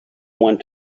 went